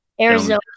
Arizona